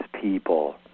people